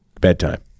bedtime